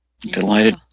Delighted